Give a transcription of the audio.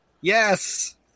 Yes